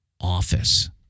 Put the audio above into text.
office